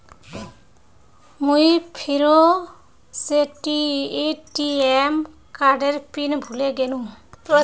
मुई फेरो से ए.टी.एम कार्डेर पिन भूले गेनू